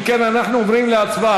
אם כן, אנחנו עוברים להצבעה.